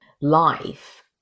life